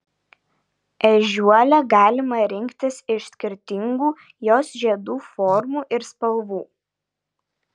ežiuolę galima rinktis iš skirtingų jos žiedų formų ir spalvų